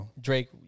Drake